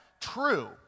true